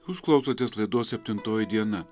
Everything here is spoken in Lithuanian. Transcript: jūs klausotės laidos septintoji diena